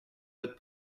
notre